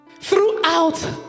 throughout